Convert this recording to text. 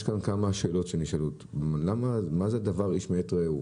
יש כאן כמה שאלות שנשאלות: מה זה איש מאת רעהו?